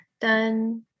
done